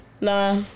nah